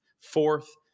fourth